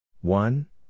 One